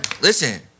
Listen